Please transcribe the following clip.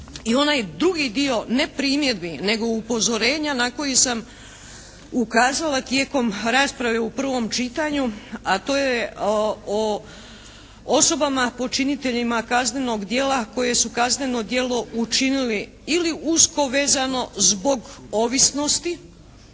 i onaj drugi dio ne primjedbi, nego upozorenja na koje sam ukazala tijekom rasprave u prvom čitanju a to je o osobama počiniteljima kaznenog djela koje su kazneno djelo učinili ili usko vezano zbog ovisnosti